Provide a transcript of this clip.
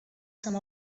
some